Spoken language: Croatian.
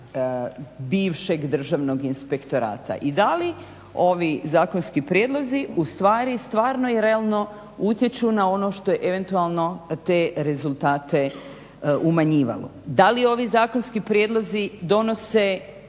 bivšeg državnog inspektorata i da li ovi zakonski prijedlozi ustvari stvarno i realno utječu na ono što je eventualno te rezultate umanjivalo, da li ovi zakonski prijedlozi donose